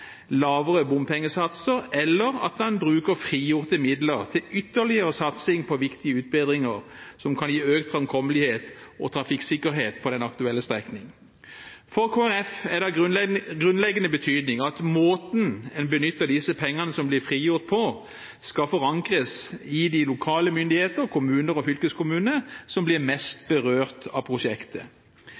lavere bompengesatser, eller at en bruker frigjorte midler til ytterligere satsing på viktige utbedringer som kan gi økt framkommelighet og trafikksikkerhet på den aktuelle strekningen. For Kristelig Folkeparti er det av grunnleggende betydning at måten en benytter disse pengene som blir frigjort, på, skal forankres i de lokale myndigheter – kommuner og fylkeskommuner – som blir mest berørt av prosjektet.